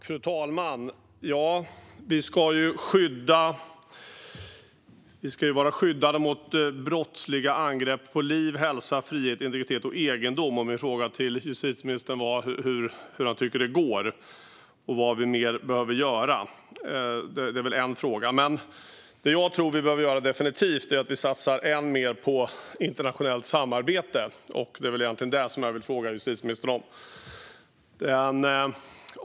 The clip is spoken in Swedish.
Fru talman! Vi ska ju vara skyddade mot brottsliga angrepp på liv, hälsa, frihet, integritet och egendom. Min fråga till justitieministern är hur han tycker att det går och vad vi mer behöver göra. Det är en fråga. Men det som jag tror att vi definitivt behöver göra är att satsa än mer på internationellt samarbete, och det är egentligen det som jag vill fråga justitieministern om.